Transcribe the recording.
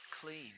clean